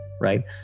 right